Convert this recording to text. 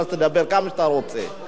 ואז תדבר כמה שאתה רוצה.